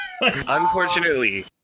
Unfortunately